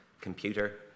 computer